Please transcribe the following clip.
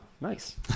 nice